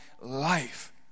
life